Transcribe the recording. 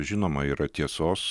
žinoma yra tiesos